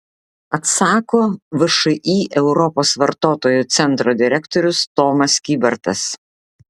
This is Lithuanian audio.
atsako všį europos vartotojų centro direktorius tomas kybartas